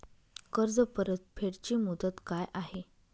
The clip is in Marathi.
कर्ज परतफेड ची मुदत काय आहे?